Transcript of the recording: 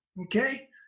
Okay